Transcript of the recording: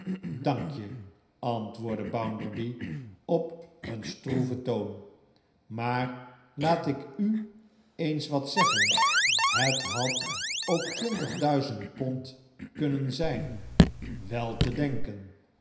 dank je antwoordde bounderby op een stroeven toon maar laat ik u eens wat zeggen het had ook twintig duizend pond kunnen zijn wel te denken